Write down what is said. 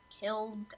killed